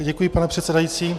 Děkuji pane předsedající.